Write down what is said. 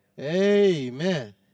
Amen